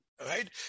right